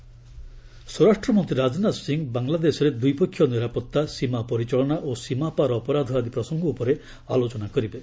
ରାଜନାଥ ବାଙ୍ଗଲାଦେଶ ସ୍ୱରାଷ୍ଟ୍ରମନ୍ତ୍ରୀ ରାଜନାଥ ସିଂ ବାଙ୍ଗଲାଦେଶରେ ଦ୍ୱିପକ୍ଷୀୟ ନିରାପତ୍ତା ସୀମା ପରିଚାଳନା ଓ ସୀମା ପାର ଅପରାଧ ଆଦି ପ୍ରସଙ୍ଗ ଉପରେ ଆଲୋଚନା କରିବେ